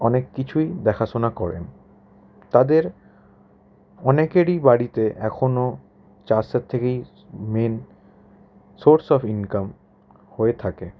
অনেক কিছুই দেখাশোনা করেন তাদের অনেকেরই বাড়িতে এখনো চাষের থেকেই মেন সোর্স অফ ইনকাম হয়ে থাকে